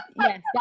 Yes